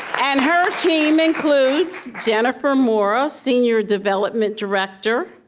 and her team includes jennifer mora, senior development director.